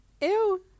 Ew